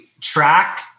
track